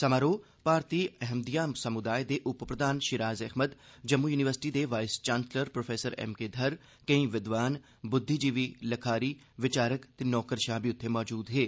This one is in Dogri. समारोह् भारतीय अहमदिया समुदाय दे उप प्रधान शिराज अहमद जम्मू यूनिवर्सिटी दे vice chancellor prof M K घर केई विद्वान बुद्विजीवी लखारी विचारक ते नौकरशाह बी मजूद हे